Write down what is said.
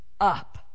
up